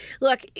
Look